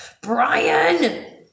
Brian